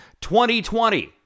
2020